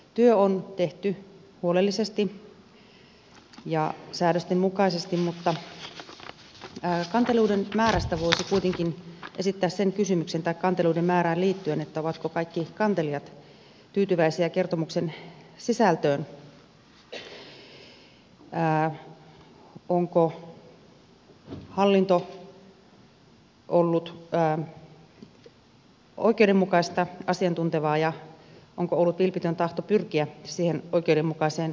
työ on tehty huolellisesti ja säädösten mukaisesti mutta kanteluiden määrään liittyen voisi kuitenkin esittää sen kysymyksen ovatko kaikki kantelijat tyytyväisiä kertomuksen sisältöön onko hallinto ollut oikeudenmukaista asiantuntevaa ja onko ollut vilpitön tahto pyrkiä siihen oikeudenmukaiseen ratkaisuun